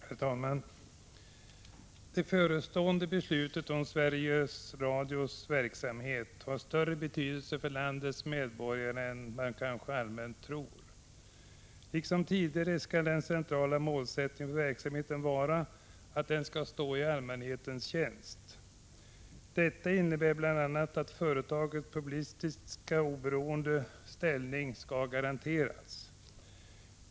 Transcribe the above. Herr talman! Det förestående beslutet om Sveriges Radios verksamhet har större betydelse för landets medborgare än man kanske allmänt tror. Liksom tidigare skall den centrala målsättningen för verksamheten vara att den skall stå i allmänhetens tjänst. Detta innebär bl.a. att företagets publicistiskt oberoende ställning skall garanteras.